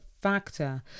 factor